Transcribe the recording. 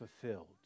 fulfilled